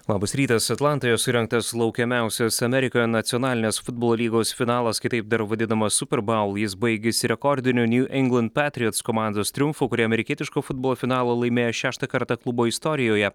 labas rytas atlantoje surengtas laukiamiausias amerikoje nacionalinės futbolo lygos finalas kitaip dar vadinamas super baul jis baigėsi rekordiniu nju ingland petriots komandos triumfu kuri amerikietiško futbolo finalą laimėjo šeštą kartą klubo istorijoje